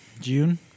June